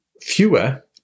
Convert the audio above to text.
fewer